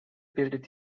bildet